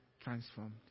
transformed